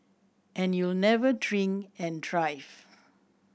and you'll never drink and drive